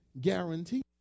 guarantee